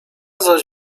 zaś